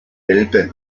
elbe